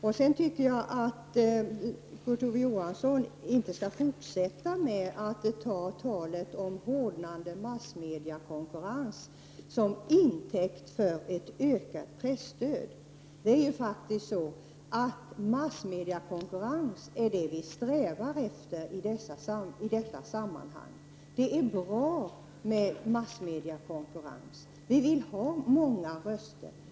Jag tycker att Kurt Ove Johansson inte skall fortsätta att ta talet om hårdnande massmediekonkurrens till intäkt för ett ökat presstöd. Massmediekonkurrens är faktiskt det som vi strävar efter i detta sammanhang. Det är bra med massmediekonkurrens. Vi vill ha många röster.